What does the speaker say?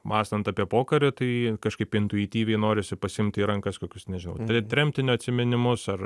mąstant apie pokarį tai kažkaip intuityviai norisi pasiimti į rankas kokius nežinau tremtinio atsiminimus ar